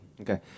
Okay